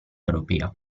europea